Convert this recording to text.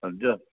सम्झो